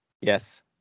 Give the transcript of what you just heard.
yes